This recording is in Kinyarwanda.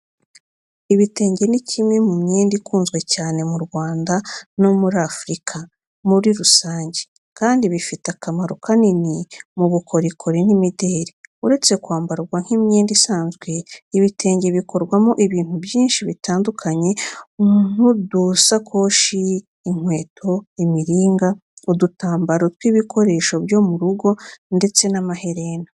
Ibitenge ni kimwe mu myenda ikunzwe cyane mu Rwanda no muri Afurika muri rusange, kandi bifite akamaro kanini mu bukorikori n’imideli. Uretse kwambarwa nk’imyenda isanzwe, ibitenge bikorwamo ibintu byinshi bitandukanye nk’udusakoshi, inkweto, imiringa, udutambaro tw’ibikoresho byo mu rugo ndetse n’amaherena.